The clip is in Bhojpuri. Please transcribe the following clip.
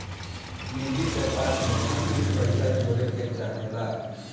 निजि व्यापार मे आदमी पइसा जोड़े के चाहेला